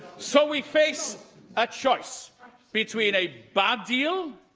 so, we face a choice between a bad deal,